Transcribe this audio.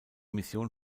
mission